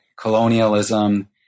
colonialism